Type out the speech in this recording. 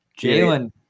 Jalen